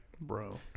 Bro